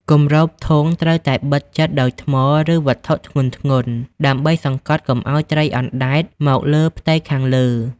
គម្របធុង ត្រូវតែបិទជិតដោយថ្ម ឬវត្ថុធ្ងន់ៗ ដើម្បីសង្កត់កុំឱ្យត្រីអណ្តែតមកលើផ្ទៃខាងលើ។